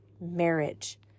marriage